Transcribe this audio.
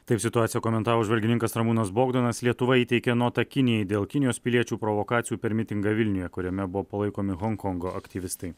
taip situaciją komentavo apžvalgininkas ramūnas bogdanas lietuva įteikė notą kinijai dėl kinijos piliečių provokacijų per mitingą vilniuje kuriame buvo palaikomi honkongo aktyvistai